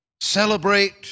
celebrate